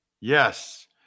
Yes